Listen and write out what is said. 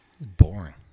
Boring